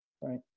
Right